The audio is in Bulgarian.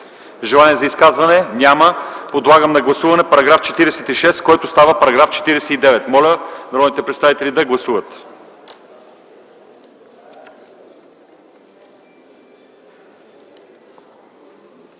Желание за изказвания? Няма. Подлагам на гласуване § 45, който става § 48. Моля, народните представители да гласуват.